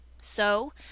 So